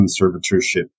conservatorship